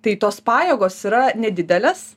tai tos pajėgos yra nedidelės